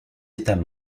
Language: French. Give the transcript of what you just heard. états